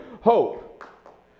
hope